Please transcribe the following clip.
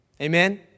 Amen